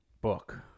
book